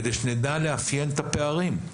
כדי שנדע לאפיין את הפערים,